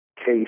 case